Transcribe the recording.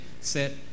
set